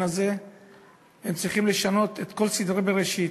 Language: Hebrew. הזה צריכים לשנות את כל סדרי בראשית.